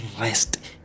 rest